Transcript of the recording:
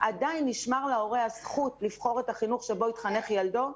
עדיין נשמרת להורה הזכות לבחור את החינוך בו יתחנך ילדו,